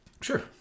Sure